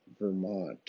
Vermont